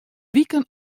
wiken